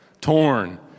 Torn